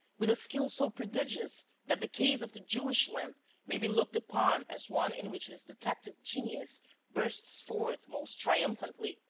with a skill so prodigious that the case of the jewish lamp may be looked upon as one in which his detective genius bursts forth most triumphantly,